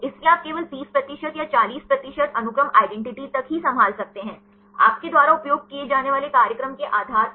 इसलिए आप केवल 30 प्रतिशत या 40 प्रतिशत अनुक्रम आइडेंटिटी तक ही संभाल सकते है आपके द्वारा उपयोग किए जाने वाले कार्यक्रम के आधार पर